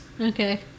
Okay